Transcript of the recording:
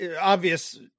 obvious